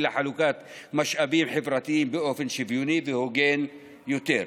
לחלוקת משאבים חברתיים באופן שוויוני והוגן יותר.